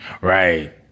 Right